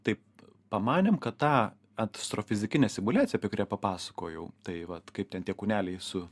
taip pamanėm kad tą astrofizikinę simuliacija apie kurią papasakojau tai vat kaip ten tie kūneliai su